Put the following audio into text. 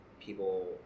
people